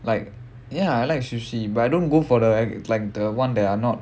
like ya I like sushi but I don't go for the like like the [one] that are not